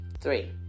Three